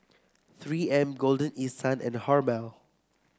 Three M Golden East Sun and Hormel